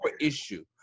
issue